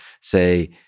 say